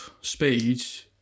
speeds